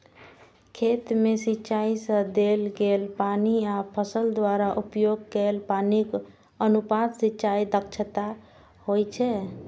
खेत मे सिंचाइ सं देल गेल पानि आ फसल द्वारा उपभोग कैल पानिक अनुपात सिंचाइ दक्षता होइ छै